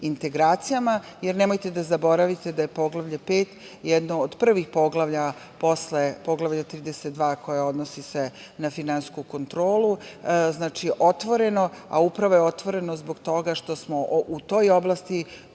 integracijama, jer nemojte da zaboravite da je Poglavlje 5 jedno od prvih poglavlja, posle Poglavlja 32, koje se odnosi na finansijsku kontrolu, otvoreno, a upravo je otvoreno zbog toga što smo u toj oblasti